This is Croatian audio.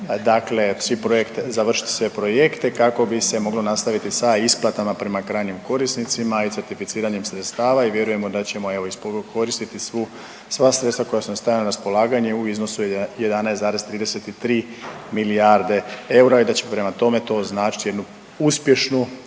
dakle svi projekte, završiti sve projekte kako bi se moglo nastaviti sa isplatama prema krajnjim korisnicima i certificiranjem sredstava i vjerujemo da ćemo, evo iskoristiti svu, sva sredstva koja smo stavili na raspolaganje u iznosu od 11,33 milijarde eura i da će prema tome to značiti jednu uspješnu